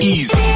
Easy